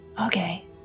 Okay